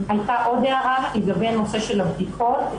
הייתה עוד הערה לגבי הנושא של הבדיקות,